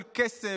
של כסף,